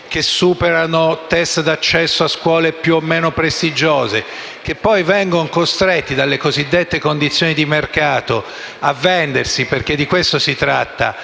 e superano *test* di accesso a scuole più o meno prestigiose, che poi vengono costretti dalle cosiddette condizioni di mercato a vendersi - di questo si tratta